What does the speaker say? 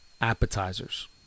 appetizers